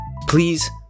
Please